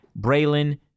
Braylon